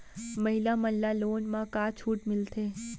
महिला मन ला लोन मा का छूट मिलथे?